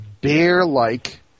bear-like